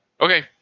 Okay